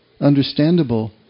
understandable